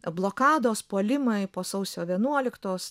blokados puolimai po sausio vienuoliktos